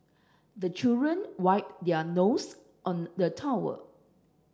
the children wipe their nose on the towel